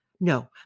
No